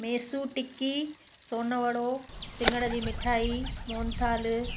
मेसू टिक्की सोनवड़ो सिङर जी मिठाई मोनथाल